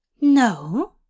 No